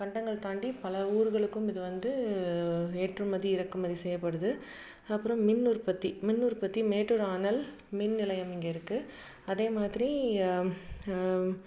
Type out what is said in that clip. கண்டங்கள் தாண்டி பல ஊர்களுக்கும் இது வந்து ஏற்றுமதி இறக்குமதி செய்யப்படுது அப்புறம் மின் உற்பத்தி மின் உற்பத்தி மேட்டூர் அனல் மின் நிலையம் இங்கே இருக்குது அதேமாதிரி